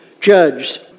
judged